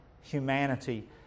humanity